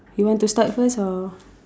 you want to start first or